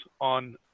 on